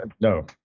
No